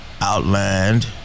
outlined